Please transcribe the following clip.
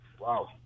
Wow